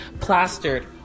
plastered